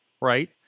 right